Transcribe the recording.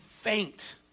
faint